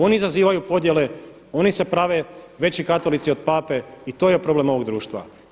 Oni izazivaju podjele, oni se prave veći katolici od Pape i to je problem ovog društva.